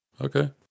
okay